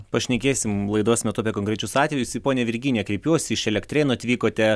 pašnekėsim laidos metu apie konkrečius atvejus į ponią virginiją kreipiuosi iš elektrėnų atvykote